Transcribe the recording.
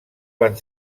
van